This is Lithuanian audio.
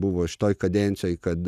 buvo šitoj kadencijoj kad